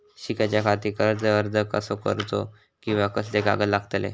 शिकाच्याखाती कर्ज अर्ज कसो करुचो कीवा कसले कागद लागतले?